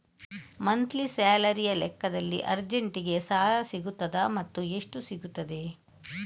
Monthly ಸ್ಯಾಲರಿಯ ಲೆಕ್ಕದಲ್ಲಿ ಅರ್ಜೆಂಟಿಗೆ ಸಾಲ ಸಿಗುತ್ತದಾ ಮತ್ತುಎಷ್ಟು ಸಿಗುತ್ತದೆ?